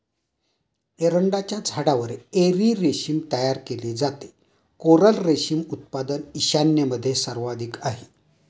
एरंडाच्या झाडावर एरी रेशीम तयार केले जाते, कोरल रेशीम उत्पादन ईशान्येमध्ये सर्वाधिक आहे